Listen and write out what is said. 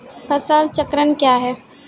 फसल चक्रण कया हैं?